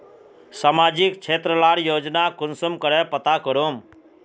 सामाजिक क्षेत्र लार योजना कुंसम करे पता करूम?